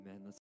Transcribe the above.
Amen